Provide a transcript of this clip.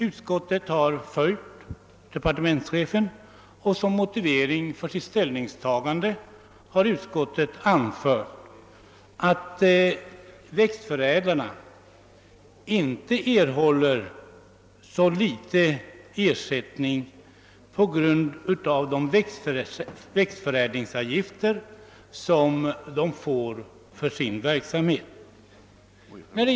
Utskottet har följt departementschefens förslag och som motivering för sitt ställningstagande anfört att växtförädlarna av växtförädlingsavgifter erhåller ej obetydliga bidrag till sin verksamhet.